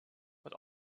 but